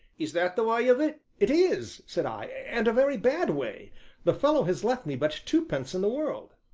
is that the way of it? it is, said i, and a very bad way the fellow has left me but twopence in the world.